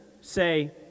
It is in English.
say